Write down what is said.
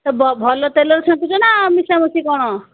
ସେ ଭଲ ତେଲରେ ଛାଣ୍ଟୁଛୁ ନା ମିଶାମିଶି କ'ଣ